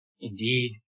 Indeed